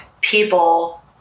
people